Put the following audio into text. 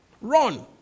Run